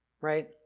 right